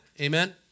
Amen